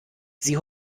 sie